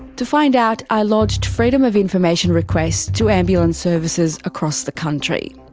to find out, i lodged freedom of information requests to ambulance services across the country.